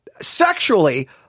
sexually